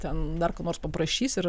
ten dar ko nors paprašys ir